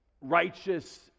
righteous